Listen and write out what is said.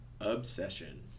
obsession